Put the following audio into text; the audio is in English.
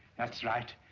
that's right.